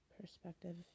perspective